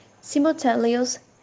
Simultaneously